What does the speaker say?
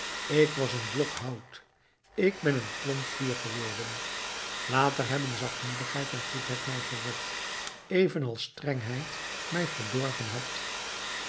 ik was een blok hout ik ben een klomp vuur geworden later hebben zachtmoedigheid en goedheid mij gered evenals strengheid mij verdorven had